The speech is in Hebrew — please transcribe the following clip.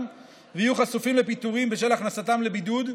ויהיו חשופים לפיטורים בשל הכנסתם לבידוד,